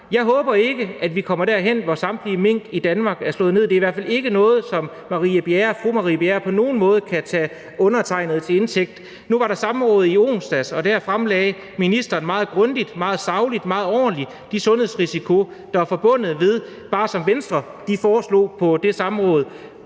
Jeg håber ikke, vi kommer derhen, hvor samtlige mink i Danmark er slået ned. Det er i hvert fald ikke noget, som fru Marie Bjerre på nogen måde kan tage undertegnede til indtægt for. Så var der et samråd i onsdags, og der fremlagde ministeren meget grundigt, meget sagligt, meget ordentligt de sundhedsrisici, der er forbundet med – bare som Venstre foreslog på det samråd